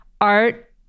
art